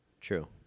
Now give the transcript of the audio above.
True